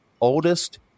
oldest